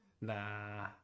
Nah